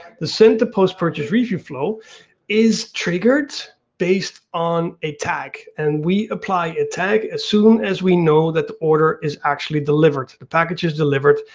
the send the post-purchase review flow is triggered based on a tag. and we apply a tag as soon as we know that the order is actually delivered. the package is delivered,